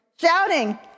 shouting